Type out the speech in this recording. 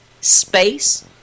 Space